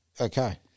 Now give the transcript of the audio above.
Okay